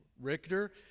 Richter